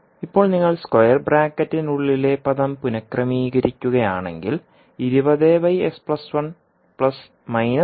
ഇപ്പോൾ നിങ്ങൾ സ്ക്വയർ ബ്രാക്കറ്റിനുള്ളിലെ പദം പുനക്രമീകരിക്കുകയാണെങ്കിൽ ആയിരിക്കും